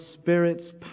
Spirit's